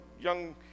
young